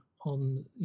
on